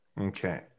Okay